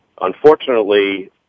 Unfortunately